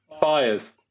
fires